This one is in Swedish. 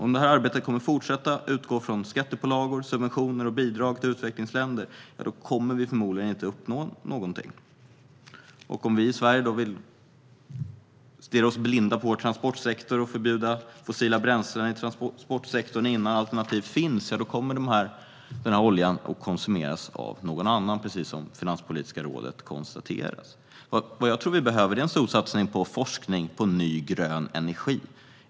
Om det här arbetet kommer att fortsätta att utgå från skattepålagor, subventioner och bidrag till utvecklingsländer kommer vi förmodligen inte att uppnå någonting. Om vi i Sverige stirrar oss blinda på vår transportsektor och förbjuder fossila bränslen i transportsektorn innan alternativ finns kommer den här oljan att konsumeras av någon annan, precis som Finanspolitiska rådet konstaterar. Vad jag tror vi behöver är en stor satsning på forskning om ny grön energi.